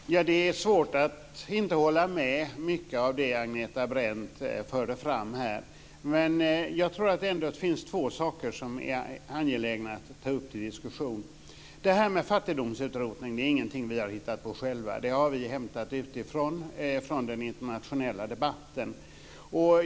Fru talman! Det är svårt att inte hålla med om mycket av det som Agneta Brendt för fram här. Men det finns ändå två saker som är angelägna att ta upp till diskussion. Det här med fattigdomsutrotning är ingenting som vi har hittat på själva. Det har vi hämtat från den internationella debatten.